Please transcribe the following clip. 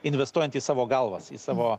investuojant į savo galvas į savo